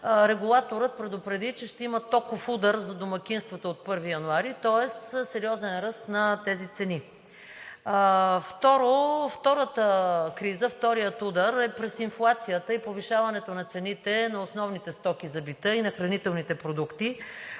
Регулаторът предупреди, че ще има токов удар за домакинствата от 1 януари. Тоест, сериозен ръст на тези цени. Втората криза, вторият удар е през инфлацията и повишаването на цените на основните стоки за бита и на хранителните продукти